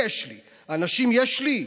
יש לי, אנשים יש לי?